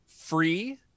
free